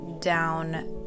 down